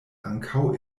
ankaŭ